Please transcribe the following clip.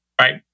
right